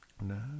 no